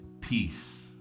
peace